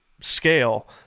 scale